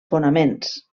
fonaments